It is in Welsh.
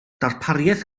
darpariaeth